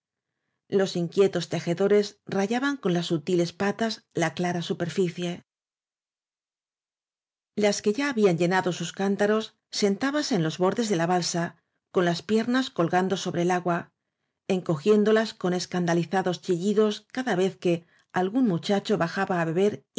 los inquietos tejedores rayaban con las sutiles patas la clara superficie las que ya habían llenado sus cántaros sentábanse en los bordes de la balsa con las piernas colgando sobre el agua encogiéndolas con escandalizados chillidos cada vez que algún muchacho bajaba á beber